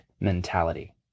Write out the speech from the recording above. mentality